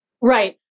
Right